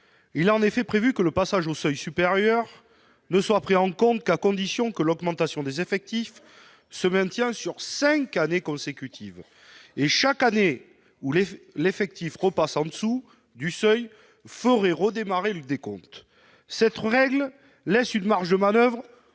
Il est en effet prévu que le passage au seuil supérieur ne soit pris en considération qu'à condition que l'augmentation des effectifs se maintienne pendant cinq années consécutives. Et chaque année où l'effectif repasserait en dessous du seuil entraînerait le redémarrage du décompte. Cette règle donne une marge de manoeuvre